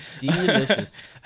delicious